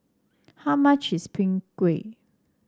how much is Png Kueh